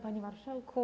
Panie Marszałku!